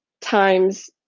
times